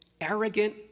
arrogant